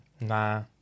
Nah